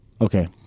Okay